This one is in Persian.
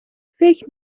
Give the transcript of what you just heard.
فکر